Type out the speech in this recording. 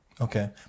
Okay